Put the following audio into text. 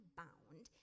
bound